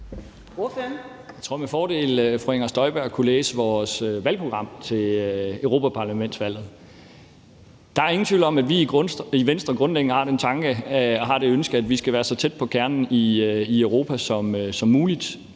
Jeg tror med fordel, fru Inger Støjberg kunne læse vores valgprogram til europaparlamentsvalget. Der er ingen tvivl om, at vi i Venstre grundlæggende har den tanke og det ønske, at vi skal være så tæt på kernen i Europa som muligt.